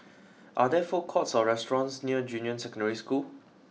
are there food courts or restaurants near Junyuan Secondary School